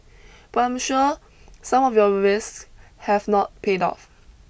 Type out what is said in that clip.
but I'm sure some of your risks have not paid off